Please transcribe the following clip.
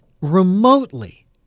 remotely